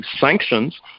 sanctions